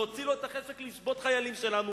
להוציא לו את החשק לשבות חיילים שלנו